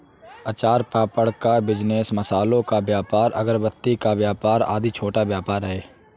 अचार पापड़ का बिजनेस, मसालों का व्यापार, अगरबत्ती का व्यापार आदि छोटा व्यापार है